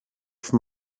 from